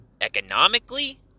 economically